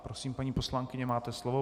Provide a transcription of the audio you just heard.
Prosím, paní poslankyně, máte slovo.